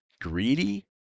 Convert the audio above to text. greedy